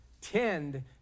tend